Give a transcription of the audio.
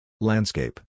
Landscape